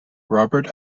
robert